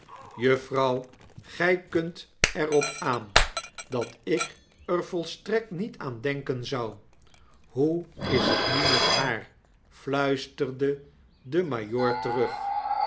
juffrouw gy kunt er op aan dat ik ervolstrekt niet aan denken zou hoe is het nu met haar fluisterde de majoor terug